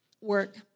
Work